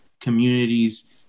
communities